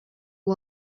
уол